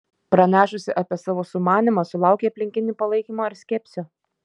pranešusi apie savo sumanymą sulaukei aplinkinių palaikymo ar skepsio